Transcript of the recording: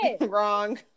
wrong